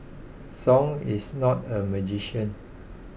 Song is not a magician